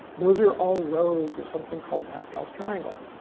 those are all rows of something called pascal's triangle.